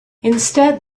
instead